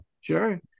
Sure